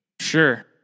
Sure